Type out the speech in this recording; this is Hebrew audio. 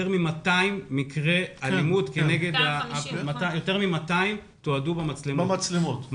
יותר מ-200 מקרי אלימות כנגד פעוטות תועדו במצלמות.